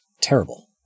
terrible